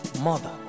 mother